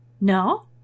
No